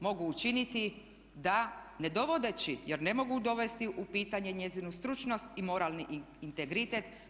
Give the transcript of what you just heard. Mogu učiniti da ne dovodeći, jer ne mogu dovesti u pitanje njezinu stručnost i moralni integritet.